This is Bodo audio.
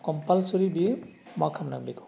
कमपालसरि बेयो मा खालामनांगोन बेखौ